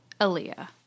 Aaliyah